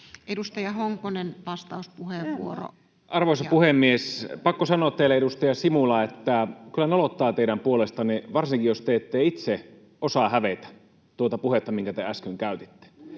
17:42 Content: Arvoisa puhemies! Pakko sanoa teille, edustaja Simula, että kyllä nolottaa teidän puolestanne, varsinkin jos te ette itse osaa hävetä tuota puhetta, minkä te äsken käytitte.